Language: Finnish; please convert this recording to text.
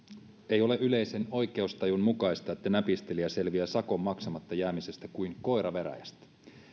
ei ole yleisen oikeustajun mukaista että näpistelijä selviää sakon maksamatta jäämisestä kuin koira veräjästä